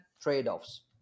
trade-offs